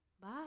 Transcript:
Bye